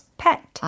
pet